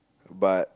but